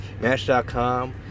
Match.com